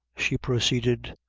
she proceeded,